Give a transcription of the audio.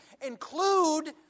include